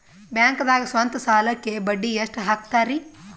ಬ್ಯಾಂಕ್ದಾಗ ಸ್ವಂತ ಸಾಲಕ್ಕೆ ಬಡ್ಡಿ ಎಷ್ಟ್ ಹಕ್ತಾರಿ?